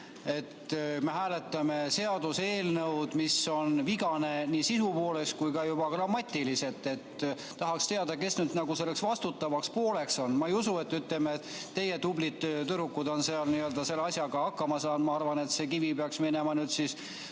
et me hääletame seaduseelnõu, mis on vigane nii sisu poolest kui ka juba grammatiliselt. Tahaks teada, kes nüüd nagu selleks vastutavaks pooleks on. Ma ei usu, et teie tublid tüdrukud on selle asjaga hakkama saanud, ma arvan, et see kivi peaks minema Toomas